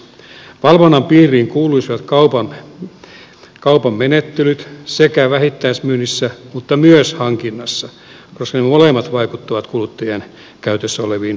valvonnan piiriin kuuluisivat kaupan menettelyt sekä vähittäismyynnissä mutta myös hankinnassa koska ne molemmat vaikuttavat kuluttajien käytössä oleviin vaihtoehtoihin ja valikoimiin